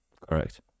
Correct